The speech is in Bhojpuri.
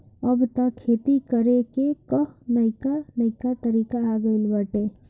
अब तअ खेती करे कअ नईका नईका तरीका आ गइल बाटे